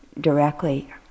directly